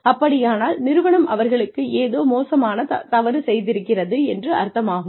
அப்படியானால் நிறுவனம் அவர்களுக்கு ஏதோ மோசமான தவறு செய்திருக்கிறது என்று அர்த்தமாகும்